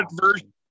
version